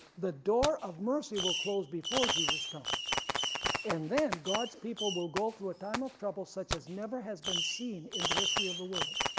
the door of mercy will close before jesus comes and then god's people will go through a time of trouble such as never has been seen in the history of the world.